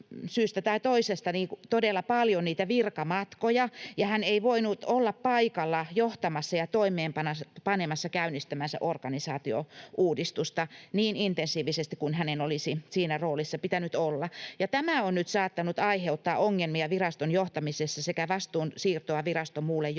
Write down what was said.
syystä tai toisesta todella paljon niitä virkamatkoja, ja hän ei voinut olla paikalla johtamassa ja toimeenpanemassa käynnistämäänsä organisaatiouudistusta niin intensiivisesti kuin hänen olisi siinä roolissa pitänyt olla. Tämä on nyt saattanut aiheuttaa ongelmia viraston johtamisessa sekä vastuunsiirtoa viraston muulle johdolle,